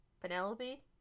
Penelope